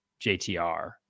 JTR